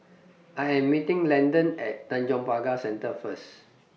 I Am meeting Landan At Tanjong Pagar Centre First